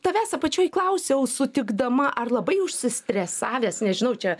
tavęs apačioj klausiau sutikdama ar labai užsistresavęs nežinau čia